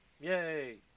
yay